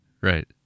Right